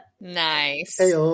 nice